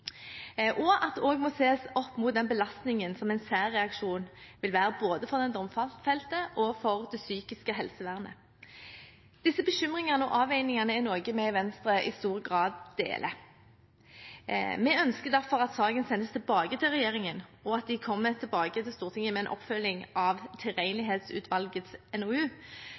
og at det også må ses opp mot den belastningen som en særreaksjon vil være både for den domfelte og for det psykiske helsevernet. Disse bekymringene og avveiningene er noe vi i Venstre i stor grad deler. Vi ønsker derfor at saken sendes tilbake til regjeringen, og at den kommer tilbake til Stortinget med en oppfølging av Tilregnelighetsutvalgets NOU